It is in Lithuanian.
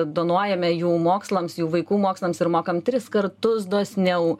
donuojame jų mokslams jų vaikų mokslams ir mokam tris kartus dosniau